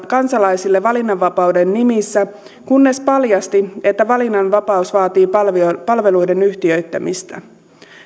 kansalaisille valinnanvapauden nimissä kunnes paljasti että valinnanvapaus vaatii palveluiden palveluiden yhtiöittämistä